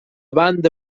banda